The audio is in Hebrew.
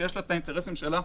שיש לה האינטרסים שלה,